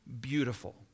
beautiful